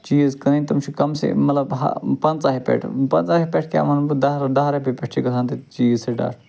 چیٖز کٕنٕنۍ تِم چھِ کَم سے کَم مطلب ہا پَنٛژَاہہِ پٮ۪ٹھٕ پَنژاہہِ پٮ۪ٹھٕ کیٛاہ وَنہٕ بہٕ دَہ دَہ رۄپیہِ پٮ۪ٹھٕ چھِ گژھان چیٖز سِٹارٹ